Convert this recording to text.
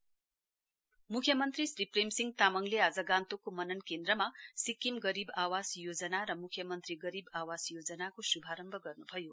CM scheme म्ख्ममन्त्री श्री प्रेमसिंह तामङले आज गान्तोकको मनन केन्द्रमा सिक्किम गरीब आवास योजना र म्ख्यमन्त्री गरीब आवास योजनाको श्भारम्भ गर्न्भयो